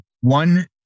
one